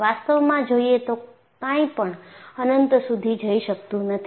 વાસ્તવમાં જોયે તો કાંઈપણ અનંત સુધી જઈ શકતું નથી